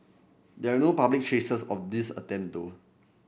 there are no public traces of these attempt though